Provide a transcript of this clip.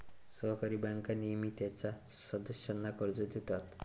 सहकारी बँका नेहमीच त्यांच्या सदस्यांना कर्ज देतात